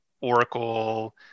Oracle